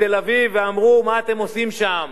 בתל-אביב, ואמרו: מה אתם עושים שם?